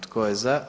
Tko je za?